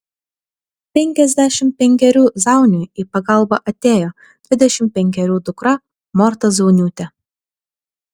penkiasdešimt penkerių zauniui į pagalbą atėjo dvidešimt penkerių dukra morta zauniūtė